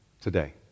today